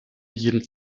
jeden